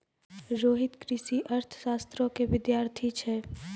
रोहित कृषि अर्थशास्त्रो के विद्यार्थी छै